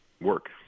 work